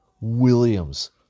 Williams